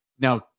Now